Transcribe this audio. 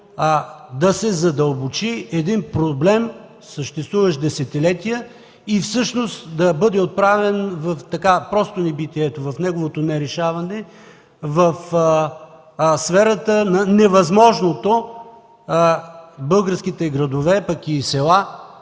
да се задълбочи един проблем, съществуващ десетилетия и всъщност да бъде отправен в небитието, в неговото нерешаване, в сферата на невъзможното българските градове и села